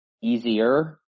easier